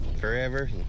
forever